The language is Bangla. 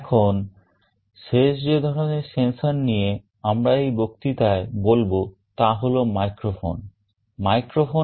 এখন শেষ যে ধরনের sensor নিয়ে আমরা এই বক্তৃতায় বলবো তা হল মাইক্রোফোন